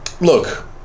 Look